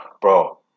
Bro